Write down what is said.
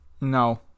no